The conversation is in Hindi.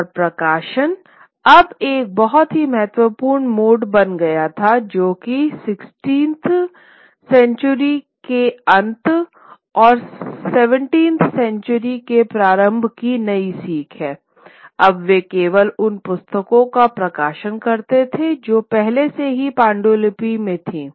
और प्रकाशन अब एक बहुत ही महत्वपूर्ण मोड बन गया है जो कि 16 वीं शताब्दी के अंत 17 वीं शताब्दी के प्रारंभ की नई सीख है अब वे केवल उन पुस्तकों का प्रकाशन करते थे जो पहले से ही पांडुलिपियों में थीं